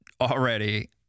already